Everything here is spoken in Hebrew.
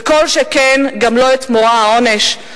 וכל שכן גם לא מורא העונש.